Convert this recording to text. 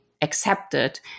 accepted